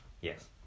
Yes